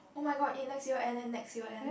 oh-my-god in next year end then next year end